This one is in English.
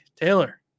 Taylor